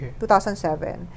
2007